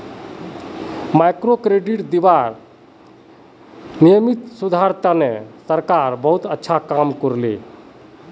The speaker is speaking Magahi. माइक्रोक्रेडिट दीबार नियमत सुधार आने सरकार बहुत अच्छा काम कर ले